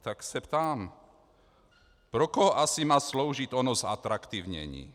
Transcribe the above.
Tak se ptám, pro koho asi má sloužit ono zatraktivnění.